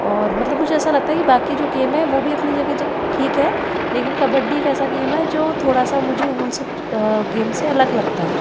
और मतलब मुझे ऐसा लगता है कि बाकी जो गेम है वो भी अपने जगह ठीक है लेकिन कबड्डी ऐसा गेम है जो थोड़ा सा मुझे उन सब गेम से अलग लगता है